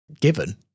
given